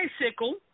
bicycle